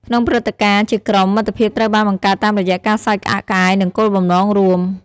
ក្នុងព្រឹត្តិការណ៍ជាក្រុម មិត្តភាពត្រូវបានបង្កើតតាមរយៈការសើចក្អាកក្អាយ និងគោលបំណងរួម។